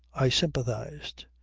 i sympathized.